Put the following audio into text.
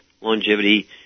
longevity